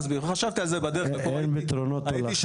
אין פתרונות הולכה?